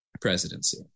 presidency